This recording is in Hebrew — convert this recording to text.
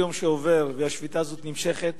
כל יום שעובר והשביתה הזאת נמשכת,